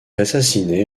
assassiné